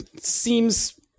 seems